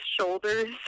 shoulders